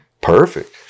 Perfect